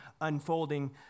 unfolding